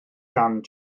gan